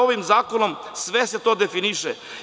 Ovim zakonom sada se sve to definiše.